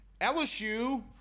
LSU